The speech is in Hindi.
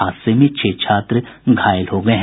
हादसे में छह छात्र घायल हो गये हैं